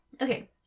okay